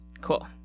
cool